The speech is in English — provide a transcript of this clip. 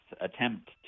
attempt